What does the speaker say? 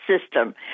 system